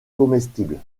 comestibles